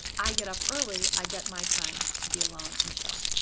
i get up early, i get my time to be alone and chill.